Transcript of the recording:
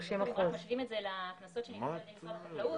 אם משווים את זה לקנסות שניתנו על-ידי משרד החקלאות,